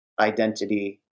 identity